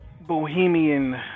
bohemian